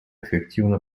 эффективно